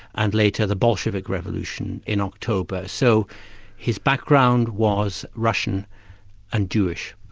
and later the bolshevik revolution in october. so his background was russian and jewish.